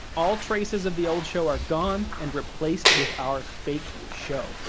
all traces of the old show are gone and replaced with our fake show.